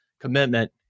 commitment